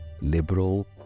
liberal